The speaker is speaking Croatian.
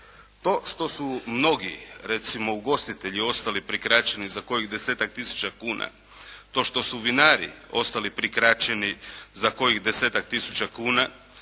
To što su mnogi, recimo ugostitelji ostali prikraćeni za kojih 10-ak tisuća kuna, to što su vinari ostali prikraćeni za kojih 10-ak tisuća kuna,